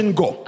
go